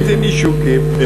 ואיזה נישוקים.